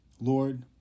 Lord